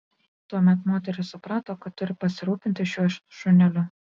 tuomet moteris suprato kad turi pasirūpinti šiuo šuneliu